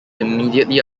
immediately